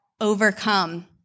overcome